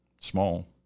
small